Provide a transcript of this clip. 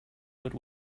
would